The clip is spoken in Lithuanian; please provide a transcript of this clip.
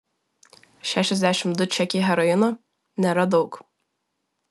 šešiasdešimt du čekiai heroino nėra daug